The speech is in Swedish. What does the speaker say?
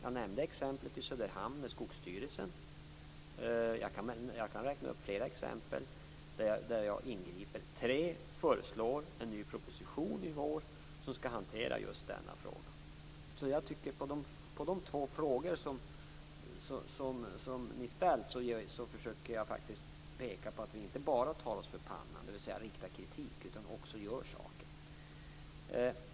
Jag nämnde exemplet med Skogsstyrelsen i Söderhamn. Jag kan räkna upp fler exempel där jag ingriper. För det tredje kommer jag att lägga fram en ny proposition i vår som skall hantera just denna fråga. Som svar på de två frågor som Sven Bergström ställt försöker jag faktiskt att peka på att vi inte bara tar oss för pannan, dvs. riktar kritik, utan också gör saker.